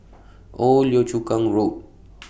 Old Yio Chu Kang Road